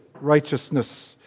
righteousness